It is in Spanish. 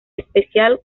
special